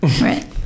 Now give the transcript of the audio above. Right